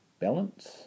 balance